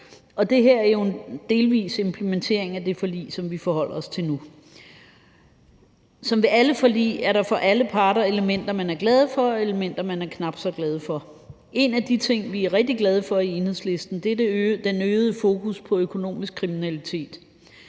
os til nu, er jo en delvis implementering af det forlig. Som ved alle forlig er der for alle parter elementer, man er glad for, og elementer, man er knap så glad for. En af de ting, vi er rigtig glade for i Enhedslisten, er det øgede fokus på økonomisk kriminalitet.